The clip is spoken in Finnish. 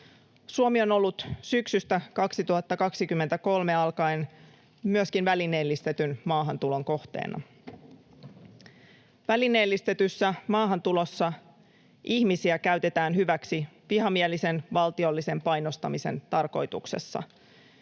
Suomi on ollut syksystä 2023 alkaen myöskin välineellistetyn maahantulon kohteena. Välineellistetyssä maahantulossa ihmisiä käytetään hyväksi vihamielisen valtiollisen painostamisen tarkoituksessa.